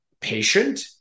patient